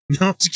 no